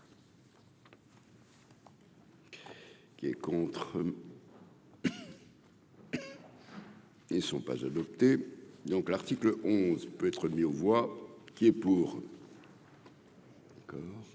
Qui est contre. Et ils ne sont pas adoptés donc l'article onze peut être mis aux voix qui est pour.